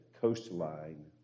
coastline